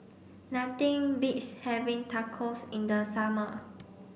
nothing beats having Tacos in the summer